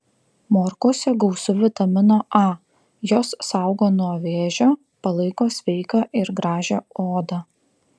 morkose gausu vitamino a jos saugo nuo vėžio palaiko sveiką ir gražią odą